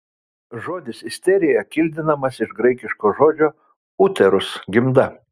žodis isterija kildinamas iš graikiško žodžio uterus gimda